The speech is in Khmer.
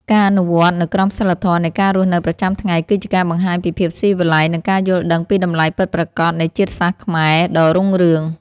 ការអនុវត្តនូវក្រមសីលធម៌នៃការរស់នៅប្រចាំថ្ងៃគឺជាការបង្ហាញពីភាពស៊ីវិល័យនិងការយល់ដឹងពីតម្លៃពិតប្រាកដនៃជាតិសាសន៍ខ្មែរដ៏រុងរឿង។